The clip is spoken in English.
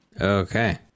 Okay